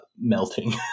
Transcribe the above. melting